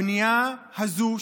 הבנייה הזו,